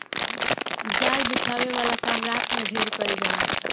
जाल बिछावे वाला काम रात में ढेर कईल जाला